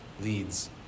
leads